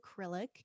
acrylic